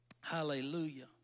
hallelujah